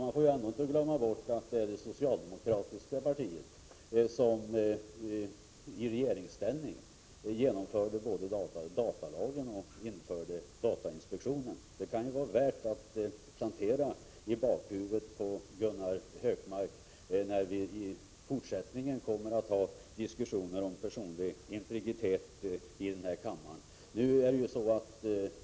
Man får ju ändå inte glömma bort att det var det socialdemokratiska partiet som i regeringsställning både genomförde datalagen och införde datainspektionen — det kan ju vara värt att plantera i bakhuvudet på Gunnar Hökmark inför de diskussioner vi i fortsättningen kommer att ha här i kammaren om personlig integritet.